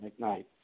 McKnight